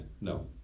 no